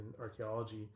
archaeology